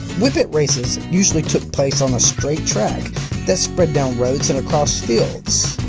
whippet races usually took place on a straight track that spread down roads and across fields.